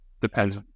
depends